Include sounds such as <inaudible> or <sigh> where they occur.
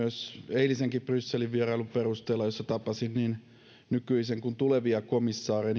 eilisenkin brysselin vierailun perusteella jossa tapasin niin nykyisiä kuin tulevia komissaareja <unintelligible>